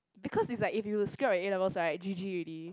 because it's like if you screw up your A-levels right G G already